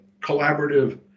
collaborative